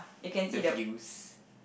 the views